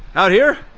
out here